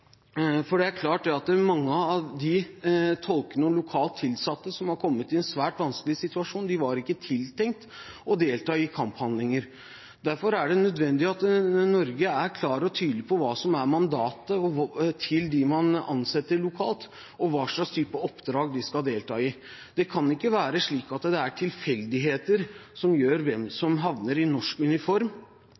for oss i Fremskrittspartiet, og det er at i fremtiden må vi ikke komme i en slik situasjon som vi er i i dag, som et resultat av tilfeldigheter. Det er klart at mange av disse tolkene og lokalt ansatte er kommet i en svært vanskelig situasjon. De var ikke tiltenkt å delta i kamphandlinger. Derfor er det nødvendig at Norge er klar og tydelig på hva som er mandatet til dem man ansetter lokalt, og hva slags type oppdrag de skal delta i. Det kan